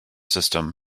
system